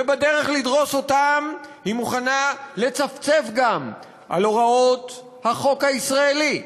ובדרך לדרוס אותם היא מוכנה לצפצף גם על הוראות החוק הישראלי,